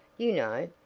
you know,